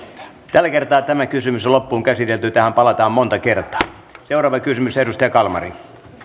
tällä kertaa tämä kysymys on loppuun käsitelty tähän palataan monta kertaa seuraava kysymys edustaja kalmari